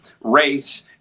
race